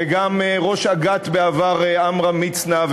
וגם ראש אג"ת בעבר עמרם מצנע,